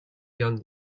young